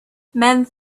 men